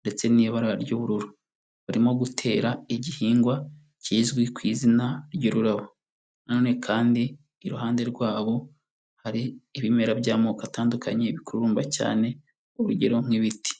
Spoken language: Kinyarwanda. ndetse n'ibara ry'ubururu. Barimo gutera igihingwa kizwi ku izina ry'ururabo. Na none kandi iruhande rwabo hari ibimera by'amoko atandukanye bikururumba cyane urugero nk'ibiti.